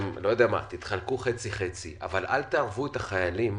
תתחלקו חצי חצי, רק אל תערבו את החיילים